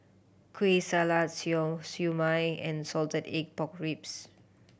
Kueh Salat siew su mai and salted egg pork ribs